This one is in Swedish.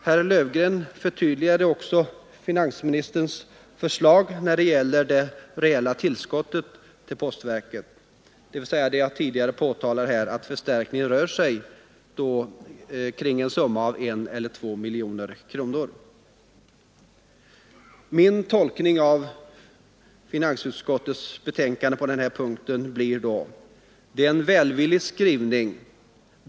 Herr Löfgren förtydligade också finansministerns förslag när det gäller det reella tillskottet till postverket, vilket jag tidigare påtalat. Förstärkningen rör sig alltså kring en summa av 1 eller 2 miljoner kronor. Min tolkning av finansutskottets betänkande på denna punkt blir då att skrivningen är välvillig.